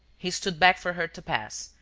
he stood back for her to pass,